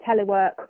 telework